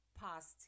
past